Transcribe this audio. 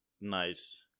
nice